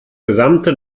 gesamte